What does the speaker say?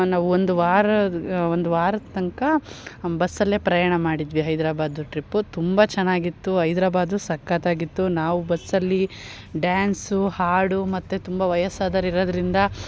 ನಾವು ಒಂದು ವಾರ ಒಂದು ವಾರದ ತನಕ ಬಸ್ಸಲ್ಲೇ ಪ್ರಯಾಣ ಮಾಡಿದ್ವಿ ಹೈದ್ರಾಬಾದು ಟ್ರಿಪ್ಪು ತುಂಬ ಚೆನ್ನಾಗಿತ್ತು ಹೈದ್ರಾಬಾದು ಸಕ್ಕತಾಗಿತ್ತು ನಾವು ಬಸ್ಸಲ್ಲಿ ಡ್ಯಾನ್ಸು ಹಾಡು ಮತ್ತೆ ತುಂಬ ವಯಸ್ಸಾದೋರು ಇರೋದ್ರಿಂದ